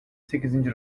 sekizinci